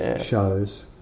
shows